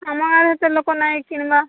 ଆମ ଗାଁରେ ଏତେ ଲୋକ ନାଇଁ କିଣିବା